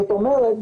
זאת אומרת,